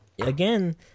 again